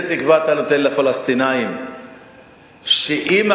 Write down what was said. אנחנו נתחיל את הדיון ונסיים אותו ביום